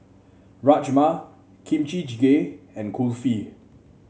Rajma Kimchi Jjigae and Kulfi